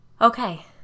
Okay